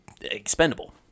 expendable